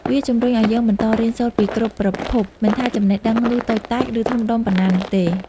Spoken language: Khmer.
វាជំរុញឲ្យយើង បន្តរៀនសូត្រពីគ្រប់ប្រភព មិនថាចំណេះដឹងនោះតូចតាច ឬធំដុំប៉ុណ្ណានោះទេ។